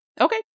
Okay